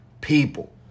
people